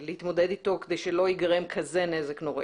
כדי שלא ייגרם כזה נזק נוראי.